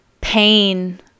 pain